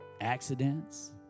accidents